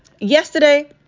yesterday